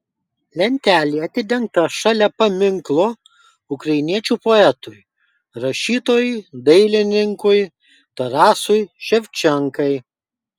lentelė atidengta šalia paminklo ukrainiečių poetui rašytojui dailininkui tarasui ševčenkai